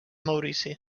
maurici